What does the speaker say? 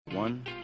One